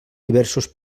diversos